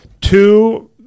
Two